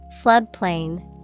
Floodplain